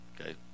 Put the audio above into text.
Okay